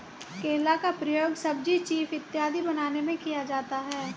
केला का प्रयोग सब्जी चीफ इत्यादि बनाने में किया जाता है